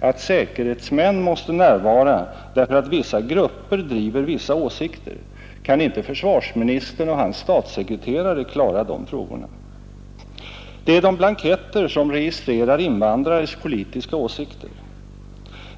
att säkerhetsmän måste närvara därför att vissa grupper driver vissa åsikter. Kan inte försvarsministern och hans statssekreterare klara de frågorna? — Det är de blanketter som registrerar invandrares politiska åsikter.